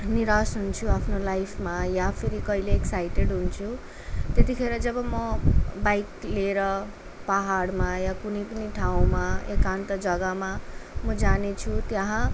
निरास हुन्छु आफ्नो लाइफमा या फेरि कहिले एक्साइटेड हुन्छु त्यतिखेर जब म बाइक लिएर पाहाडमा या कुनै पनि ठाउँमा एकान्त जग्गामा म जानेछु त्यहाँ